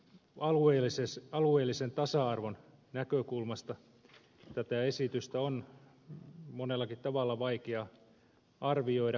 myös alueellisen tasa arvon näkökulmasta tätä esitystä on monellakin tavalla vaikea arvioida